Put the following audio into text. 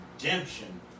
redemption